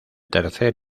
tercer